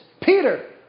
Peter